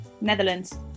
Netherlands